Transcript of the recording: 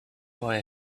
boy